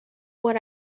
what